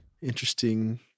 Interesting